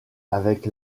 avec